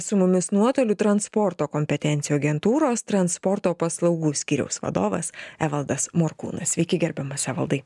su mumis nuotoliu transporto kompetencijų agentūros transporto paslaugų skyriaus vadovas evaldas morkūnas sveiki gerbiamas evaldai